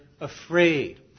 afraid